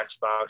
Xbox